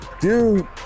dude